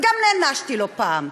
וגם נענשתי לא פעם.